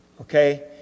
Okay